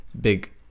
big